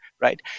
right